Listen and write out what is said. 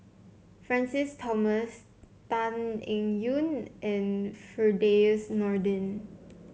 Francis Thomas Tan Eng Yoon and Firdaus Nordin